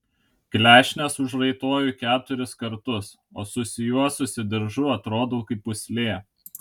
klešnes užraitoju keturis kartus o susijuosusi diržu atrodau kaip pūslė